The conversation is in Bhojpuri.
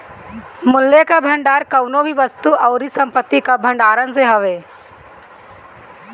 मूल्य कअ भंडार कवनो भी वस्तु अउरी संपत्ति कअ भण्डारण से हवे